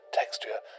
texture